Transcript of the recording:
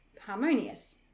harmonious